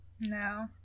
No